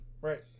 right